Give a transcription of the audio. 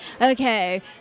Okay